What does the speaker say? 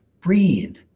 breathe